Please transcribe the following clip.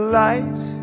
light